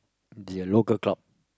is it a local club